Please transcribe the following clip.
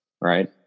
right